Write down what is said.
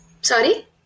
Sorry